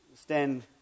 stand